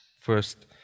first